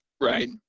Right